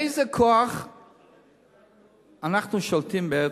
מאיזה כוח אנחנו שולטים בארץ-ישראל?